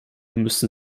müssen